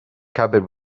cupboard